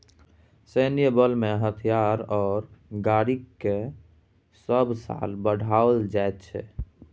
सैन्य बलमें हथियार आओर गाड़ीकेँ सभ साल बढ़ाओल जाइत छै